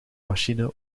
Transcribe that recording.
machine